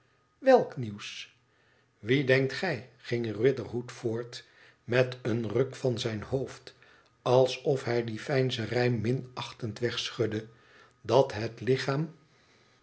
welk nieuws wie denkt gij ging riderhood voort met een ruk van zijn hoofd alsof hij die veinzerij minachtend wegschudde t dat het lichaam